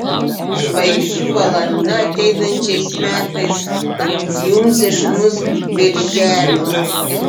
žvaigždžių valanda ateinančiais metais jums išmuš birželį